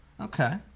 Okay